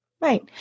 right